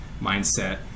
mindset